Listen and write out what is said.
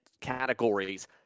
categories